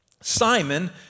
Simon